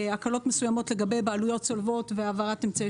הקלות מסוימות לגבי בעלויות צולבות והעברת אמצעי